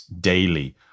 daily